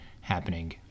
happening